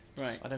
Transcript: Right